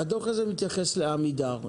הדוח הזה מתייחס לעמידר.